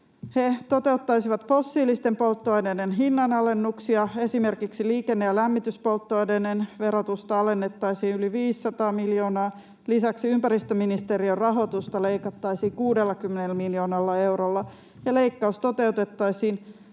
He toteuttaisivat fossiilisten polttoaineiden hinnanalennuksia, esimerkiksi liikenne‑ ja lämmityspolttoaineiden verotusta alennettaisiin yli 500 miljoonaa. Lisäksi ympäristöministeriön rahoitusta leikattaisiin 60 miljoonalla eurolla ja leikkaus toteutettaisiin